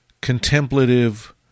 contemplative